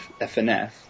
FNF